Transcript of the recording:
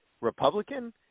Republican